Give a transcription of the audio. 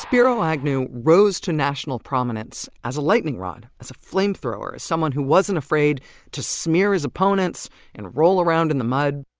spiro agnew rose to national prominence as a lightning rod, as a flamethrower, as someone who wasn't afraid to smear his opponents and roll around in the mud.